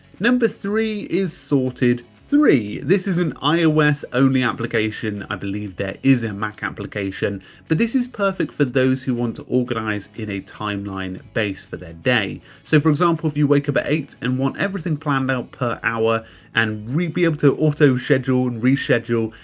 number three is sorted three. this is an ios only application. i believe that is a mac application but this is perfect for those who want to organize in a timeline base for their day. so for example, if you wake up at eight and want everything planned out per hour and really be able to auto schedule and reschedule,